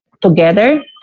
Together